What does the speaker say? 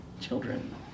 children